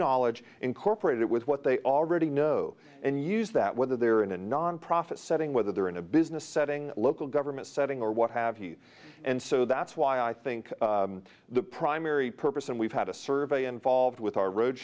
knowledge incorporate it with what they already know and use that whether they're in a nonprofit setting whether they're in a business setting local government setting or what have you and so that's why i think the primary purpose and we've had a survey involved with our road